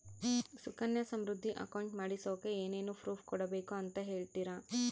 Sukanya Samriddhi account ಮಾಡಿಸೋಕೆ ಏನೇನು proof ಕೊಡಬೇಕು ಅಂತ ಹೇಳ್ತೇರಾ?